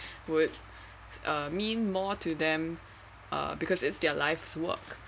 with uh mean more to them uh because it's their life's work